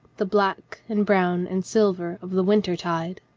the black and brown and silver of the wintertide.